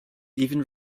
even